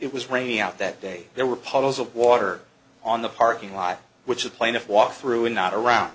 it was raining out that day there were puddles of water on the parking lot which the plaintiff walked through and not around